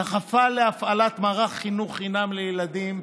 היא דחפה להפעלת מערך חינוך חינם לילדים,